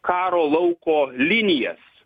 karo lauko linijas